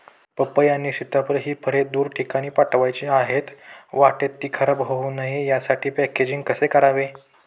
पपई आणि सीताफळ हि फळे दूर ठिकाणी पाठवायची आहेत, वाटेत ति खराब होऊ नये यासाठी पॅकेजिंग कसे करावे?